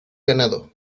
ganado